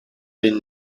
been